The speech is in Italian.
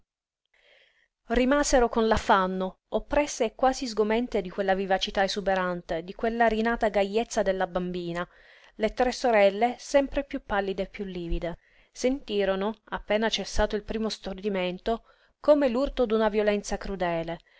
rimasero con l'affanno oppresse e quasi sgomente di quella vivacità esuberante di quella rinata gajezza della bambina le tre sorelle sempre piú pallide e piú livide sentirono appena cessato il primo stordimento come l'urto d'una violenza crudele